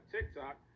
TikTok